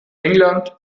england